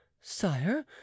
sire